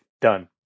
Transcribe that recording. Done